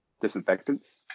disinfectants